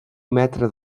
metre